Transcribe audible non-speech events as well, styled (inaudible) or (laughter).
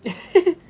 (laughs)